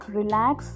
relax